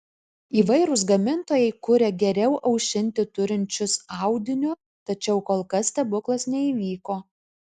įvairūs gamintojai kuria geriau aušinti turinčius audiniu tačiau kol kas stebuklas neįvyko